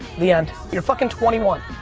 the end. you're fucking twenty one.